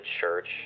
church